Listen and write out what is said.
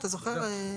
אתה זוכר?